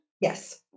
Yes